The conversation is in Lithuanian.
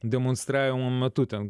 demonstravimo metu ten